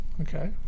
Okay